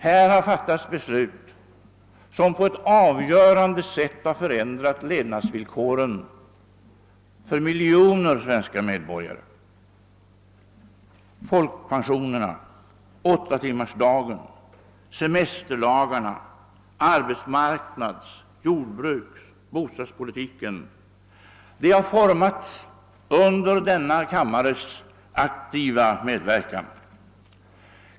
Här har fattats beslut som på ett avgörande sätt har förändrat levnadsvillkoren för miljoner svenska medborgare: folkpensionerna, åttatimmarsdagen, semesterlagarna, arbetsmarknads-, jordbruks-, bostadspolitiken. De har formats under denna kammares aktiva medverkan.